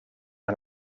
aan